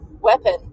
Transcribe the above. weapon